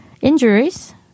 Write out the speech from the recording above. injuries